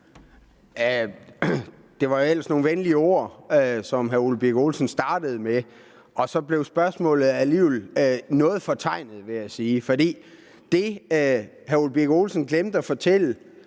Det var ellers nogle venlige ord, som hr. Ole Birk Olesen startede med, men så blev spørgsmålet alligevel noget fortegnet, vil jeg sige, for det, hr. Ole Birk Olesen glemte at fortælle